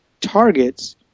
targets